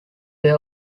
were